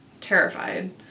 terrified